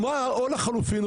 לחלופין,